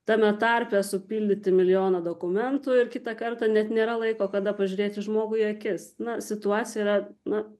tame tarpe supildyti milijoną dokumentų ir kitą kartą net nėra laiko kada pažiūrėti žmogui į akis na situacija yra na